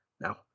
Now